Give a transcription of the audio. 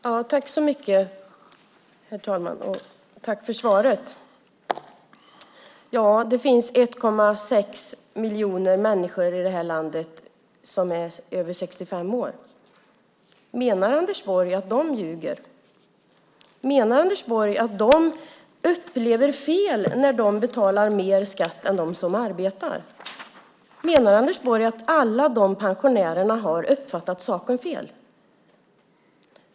Herr talman! Jag tackar för svaret. Det finns 1,6 miljoner människor i det här landet som är över 65 år. Menar Anders Borg att de ljuger? Menar Anders Borg att de misstar sig när de upplever att de betalar mer skatt än de som arbetar? Menar Anders Borg att alla dessa pensionärer har uppfattat saken fel?